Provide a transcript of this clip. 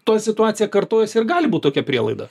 ta situacija kartojasi ir gali būti tokia prielaida